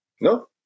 No